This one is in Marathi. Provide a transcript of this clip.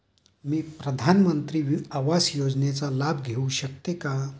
मी प्रधानमंत्री आवास योजनेचा लाभ घेऊ शकते का?